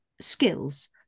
skills